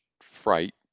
fright